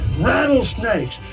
rattlesnakes